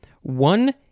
one